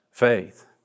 Faith